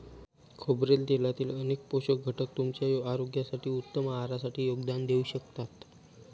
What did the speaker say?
खोबरेल तेलातील अनेक पोषक घटक तुमच्या आरोग्यासाठी, उत्तम आहारासाठी योगदान देऊ शकतात